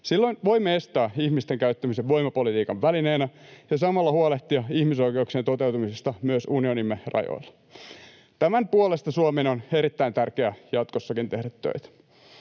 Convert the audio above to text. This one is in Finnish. Silloin voimme estää ihmisten käyttämisen voimapolitiikan välineenä ja samalla huolehtia ihmisoikeuksien toteutumisesta myös unionimme rajoilla. Tämän puolesta Suomen on erittäin tärkeää jatkossakin tehdä töitä.